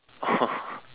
oh